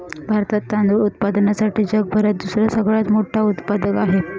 भारतात तांदूळ उत्पादनासाठी जगभरात दुसरा सगळ्यात मोठा उत्पादक आहे